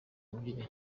mubyeyi